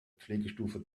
pflegestufe